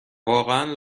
واقعا